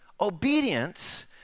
Obedience